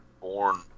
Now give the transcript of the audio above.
born